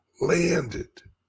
landed